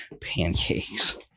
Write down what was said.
pancakes